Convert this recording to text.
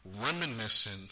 Reminiscing